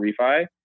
refi